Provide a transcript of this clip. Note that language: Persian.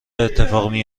اتفاقی